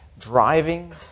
driving